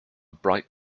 bright